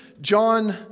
John